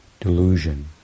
delusion